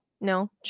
no